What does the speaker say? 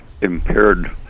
impaired